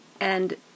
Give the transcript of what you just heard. And